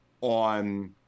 on